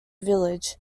village